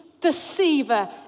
deceiver